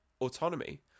autonomy